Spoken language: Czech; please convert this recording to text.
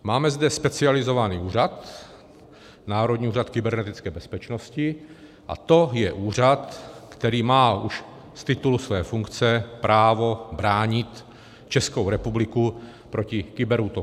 Máme zde specializovaný úřad Národní úřad kybernetické bezpečnosti, a to je úřad, který má už z titulu své funkce právo bránit Českou republiku proti kyberútokům.